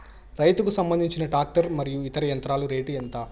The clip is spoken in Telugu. రైతుకు సంబంధించిన టాక్టర్ మరియు ఇతర యంత్రాల రేటు ఎంత?